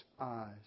eyes